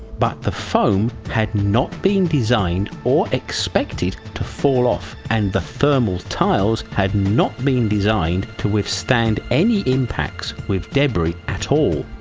but the foam had not been designed or expected to fall off and the thermal tiles had not been designed to withstand any impacts with debris at all.